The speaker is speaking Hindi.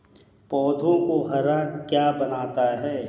पौधों को हरा क्या बनाता है?